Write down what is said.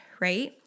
right